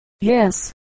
Yes